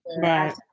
Right